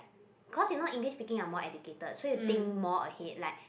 cause you know English speaking are more educated so you think more ahead like